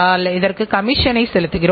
தொழிலாளரை எவ்வாறு ஊக்கப்படுத்துவது